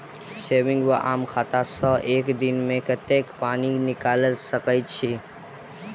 Saving वा आम खाता सँ एक दिनमे कतेक पानि निकाइल सकैत छी?